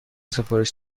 سفارش